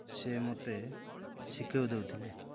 ସେ ମୋତେ ଶିଖାଇ ଦେଉଥିଲେ